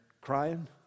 crying